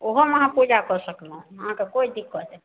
ओहोमे अहाँ पूजा कऽ सकलहुँ हँ अहाँके कोइ दिक्कत